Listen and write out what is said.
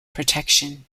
protection